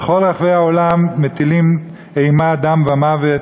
בכל רחבי העולם מטילים אימה, דם ומוות,